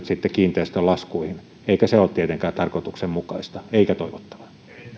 sitten käytettyä kiinteistölaskuihin eikä se ole tietenkään tarkoituksenmukaista eikä toivottavaa